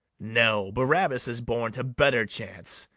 no, barabas is born to better chance,